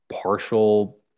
partial